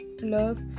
love